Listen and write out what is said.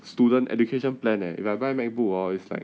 student education plan leh if I buy macbook hor is like